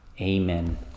Amen